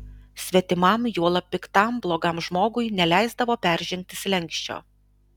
svetimam juolab piktam blogam žmogui neleisdavo peržengti slenksčio